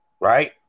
right